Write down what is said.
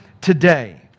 today